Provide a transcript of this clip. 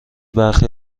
برخی